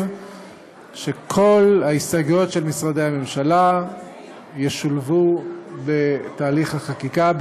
שכל ההסתייגויות של משרדי הממשלה ישולבו בתהליך החקיקה,